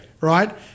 Right